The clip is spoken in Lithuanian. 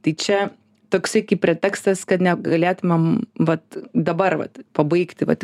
tai čia toksai kaip pretekstas kad negalėtumėm vat dabar vat pabaigti vat